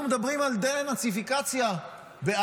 אנחנו מדברים על דה-נאציפיקציה בעזה?